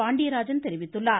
பாண்டியராஜன் தெரிவித்தார்